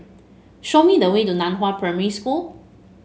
show me the way to Nan Hua Primary School